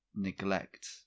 Neglect